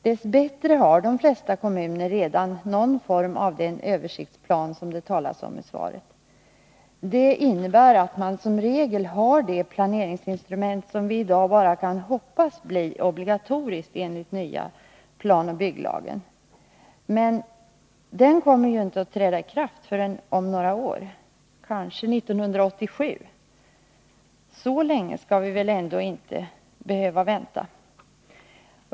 Dess bättre har de flesta kommuner redan någon form av den översiktsplan som det talas om i svaret. Det innebär att man som regel har det planeringsinstrument som vi i dag bara kan hoppas bli obligatoriskt enligt den nya planoch bygglagen. Men den kommer ju inte att träda i kraft förrän om några år, kanske 1987. Så länge skall vi väl inte behöva vänta?